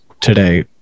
today